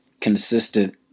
consistent